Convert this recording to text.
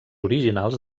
originals